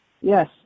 Yes